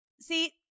See